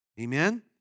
Amen